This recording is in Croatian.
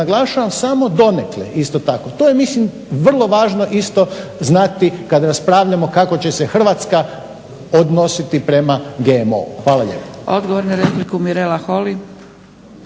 naglašavam samo donekle. To je mislim vrlo važno isto znati kad raspravljamo kako će se Hrvatska odnositi prema GMO-u. Hvala lijepa.